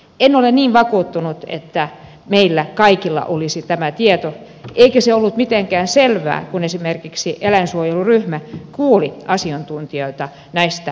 en ole niin vakuuttunut että meillä kaikilla olisi tämä tieto eikä se ollut mitenkään selvää kun esimerkiksi eläinsuojeluryhmä kuuli asiantuntijoita näistä asioista